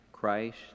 Christ